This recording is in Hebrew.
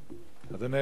אדוני היושב-ראש,